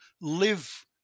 live